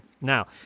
Now